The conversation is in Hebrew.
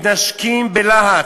מתנשקים בלהט.